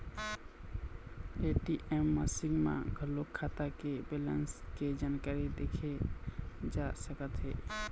ATM machine म घलोक खाता के बेलेंस के जानकारी देखे जा सकत हे